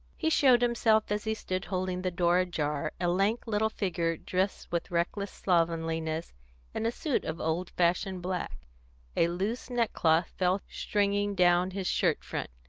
he showed himself, as he stood holding the door ajar, a lank little figure, dressed with reckless slovenliness in a suit of old-fashioned black a loose neck-cloth fell stringing down his shirt front,